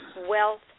wealth